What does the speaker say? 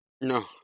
no